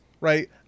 Right